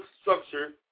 structure